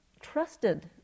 trusted